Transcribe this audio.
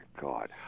God